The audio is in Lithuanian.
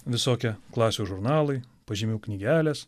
visokie klasių žurnalai pažymių knygelės